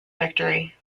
victory